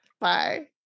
Bye